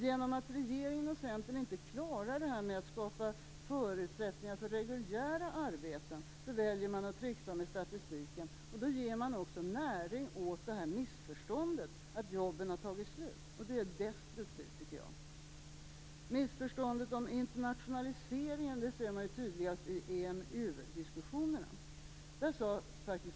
Genom att regeringen och Centern inte klarar att skapa förutsättningar för reguljära arbeten, så väljer de att tricksa med statistiken. Då ger de näring åt missförståndet att jobben har tagit slut. Och det tycker jag är destruktivt. Missförståndet om internationaliseringen ser man tydligast i EMU-diskussionerna.